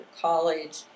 college